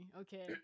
Okay